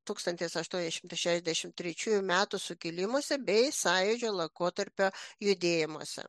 tūkstantis aštuoni šimtai šešiasdešimt trečiųjų metų sukilimuose bei sąjūdžio laikotarpio judėjimuose